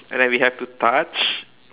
and then we have to touch